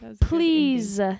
please